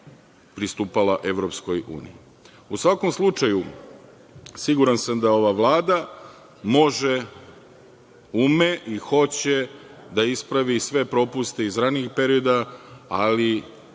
pristupala EU.U svakom slučaju, siguran sam da ova Vlada može, ume i hoće da ispravi sve propuste iz ranijih perioda, ali